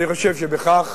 אני חושב שבכך